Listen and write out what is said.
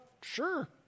sure